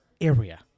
area